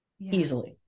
easily